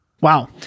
Wow